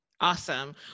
Awesome